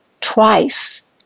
twice